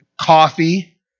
Coffee